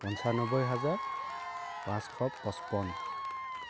পঁচান্নব্বৈ হাজাৰ পাঁচশ পঁচপন্ন